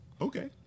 Okay